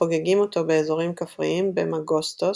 חוגגים אותו באזורים כפריים ב-Magostos,